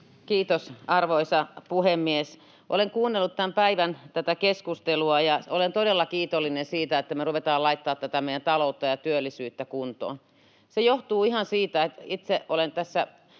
Kiitos, arvoisa puhemies! Olen kuunnellut tätä tämän päivän keskustelua ja olen todella kiitollinen siitä, että me ruvetaan laittamaan tätä meidän taloutta ja työllisyyttä kuntoon. Se johtuu ihan siitä, että itse olen viime